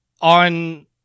On